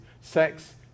sex